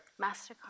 Mastercard